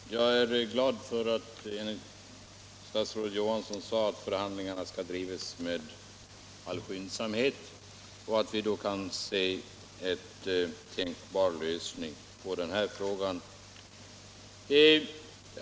Herr talman! Jag är glad för att statsrådet Johansson sade att förhandlingarna skall drivas med all skyndsamhet och att vi därigenom kan skönja en lösning på den här frågan.